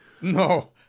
No